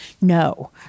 no